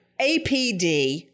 APD